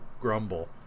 grumble